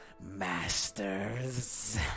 Masters